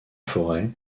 forêt